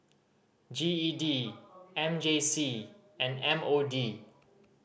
G E D M J C and M O D